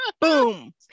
boom